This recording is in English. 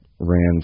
ran